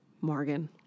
Morgan